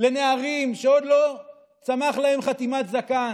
לנערים שעוד לא צמחה להם חתימת זקן.